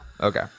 Okay